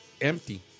empty